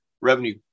revenue